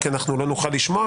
כי לא נוכל לשמוע,